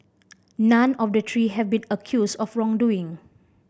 none of the three have been accused of wrongdoing